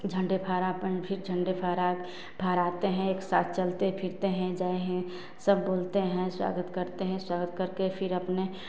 झण्डे फहरा फिर झण्डे फहरा फहराते हैं एक साथ चलते फिरते हैं जय हिन्द सब बोलते हैं स्वागत करते हैं स्वागत करके फिर अपने